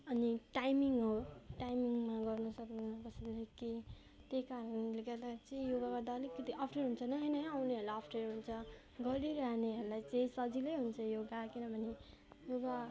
अनि टाइमिङ हो टाइमिङमा गर्न सक्नुहुन्न कसैले त्यही कारणले गर्दा चाहिँ योगा गर्दा अलिकति अप्ठ्यारो हुन्छ नयाँ नयाँ आउनेहरूलाई अप्ठ्यारो हुन्छ गरि रहनेहरूलाई चाहिँ सजिलै हुन्छ योगा किनभने योगा